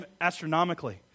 astronomically